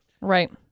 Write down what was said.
Right